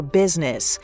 business